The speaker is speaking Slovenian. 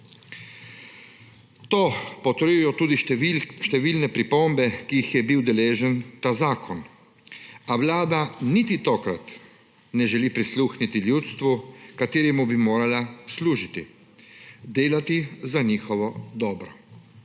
To potrjujejo tudi številne pripombe, ki jih je bil deležen ta zakon, a vlada niti tokrat ne želi prisluhniti ljudstvu, kateremu bi morala služiti, delati za njegovo dobro.